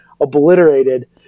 obliterated